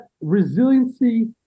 resiliency